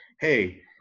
hey